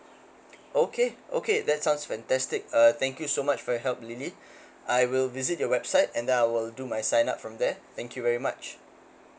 okay okay that sounds fantastic uh thank you so much for your help lily I will visit your website and then I will do my sign up from there thank you very much